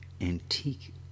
antique